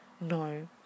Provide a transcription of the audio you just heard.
no